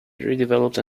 redeveloped